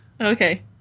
Okay